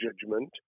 judgment